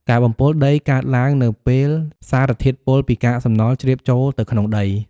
ការបំពុលដីកើតឡើងនៅពេលសារធាតុពុលពីកាកសំណល់ជ្រាបចូលទៅក្នុងដី។